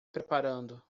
preparando